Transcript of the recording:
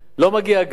לא מגיע גז,